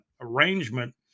arrangement